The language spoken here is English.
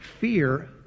fear